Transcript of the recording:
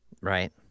Right